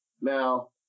Now